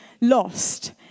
lost